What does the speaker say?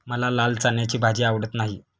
मला लाल चण्याची भाजी आवडत नाही